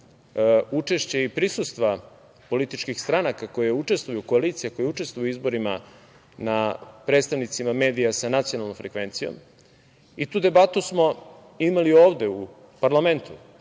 učešća i prisustva političkih stranaka koje učestvuju u izborima sa predstavnicima medija sa nacionalnom frekvencijom i tu debatu smo imali ovde u parlamentu.